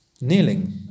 kneeling